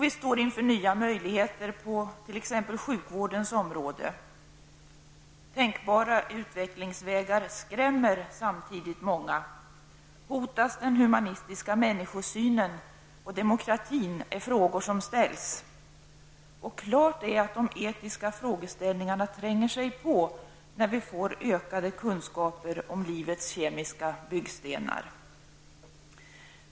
Vi står inför nya möjligheter på t.ex. sjukvårdens område. Tänkbara utvecklingsvägar skrämmer samtidigt många. Hotas den humanistiska människosynen och demokratin? är en fråga som ställs. Klart är att de etiska frågeställningarna tränger sig på när vi får ökade kunskaper om livets kemiska byggstenar.